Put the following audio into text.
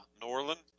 Norland